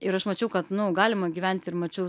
ir aš mačiau kad nu galima gyvent ir mačiau